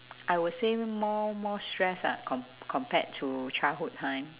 I would say more more stress ah com~ compared to childhood time